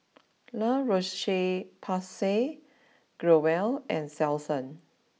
La Roche Porsay Growell and Selsun